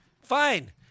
Fine